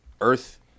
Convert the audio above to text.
Earth